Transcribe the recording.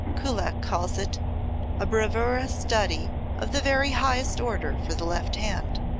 kullak calls it a bravura study of the very highest order for the left hand.